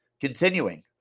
continuing